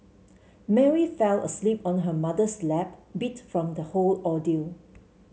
Mary fell asleep on her mother's lap beat from the whole ordeal